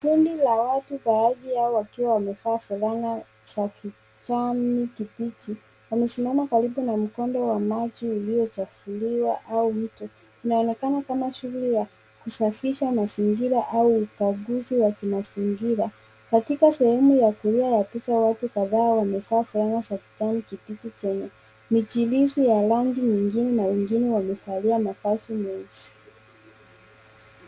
Kundi la watu baadhi yao wakiwa wamevaa fulana za kijani kibichi wamesimama karibu na mkondo wa maji uliochafuliwa au mto. Inaonekana kama shughuli ya kusafisha mazingira au ukaguzi wa kimazingira. Katika sehemu ya kulia ya picha watu kadhaa wamevaa fulana za kijani kibichi chenye michirizi ya rangi nyingi na wengine wamevalia mavazi meusi.